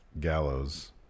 Gallows